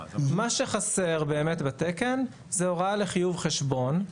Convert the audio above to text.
מה שחסר באמת בתקן זו הוראה לחיוב חשבון.